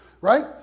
right